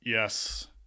Yes